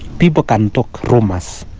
people can talk rumours,